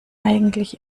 eigentlich